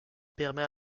permet